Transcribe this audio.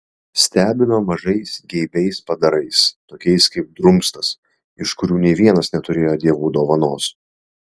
stebino mažais geibiais padarais tokiais kaip drumstas iš kurių nė vienas neturėjo dievų dovanos